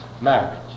marriage